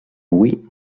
hui